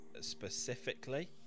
specifically